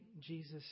Jesus